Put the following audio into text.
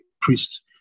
priest